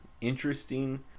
interesting